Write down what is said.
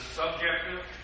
subjective